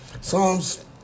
Psalms